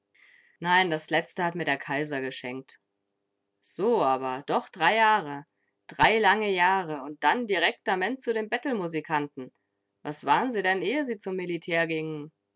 nein das letzte hat mir der kaiser geschenkt so aber doch drei jahre drei lange jahre und dann direktement zu den bettelmusikanten was waren sie denn ehe sie zum militär gingen